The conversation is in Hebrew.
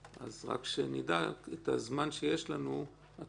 אז שנדע את הזמן התחום שיש לנו,